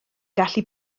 gallu